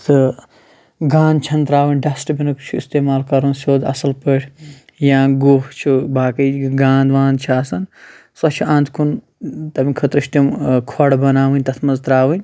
تہٕ گانٛد چھَنہٕ ترٛاوٕنۍ ڈَسٹبِنُک چھُ استعمال کَرُن سیوٚد اَصٕل پٲٹھۍ یا گُہہ چھُ باقٕے گانٛد وانٛد چھِ آسان سۄ چھِ اَنٛد کُن تَمہِ خٲطرٕ چھِ تِم کھۄڈ بَناوٕنۍ تَتھ منٛز ترٛاوٕنۍ